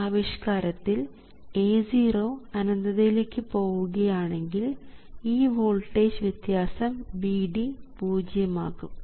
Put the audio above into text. ഈ ആവിഷ്കാരത്തിൽ A0 അനന്തതയിലേക്ക് പോവുകയാണെങ്കിൽ ഈ വോൾട്ടേജ് വ്യത്യാസം Vd പൂജ്യം ആകും